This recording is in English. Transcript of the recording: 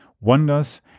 wonders